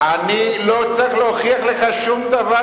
אני לא צריך להוכיח לך שום דבר,